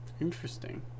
Interesting